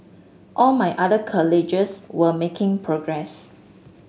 all my other were making progress